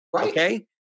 Okay